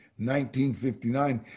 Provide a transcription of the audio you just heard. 1959